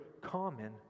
common